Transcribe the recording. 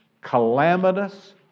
calamitous